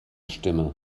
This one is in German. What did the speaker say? stimme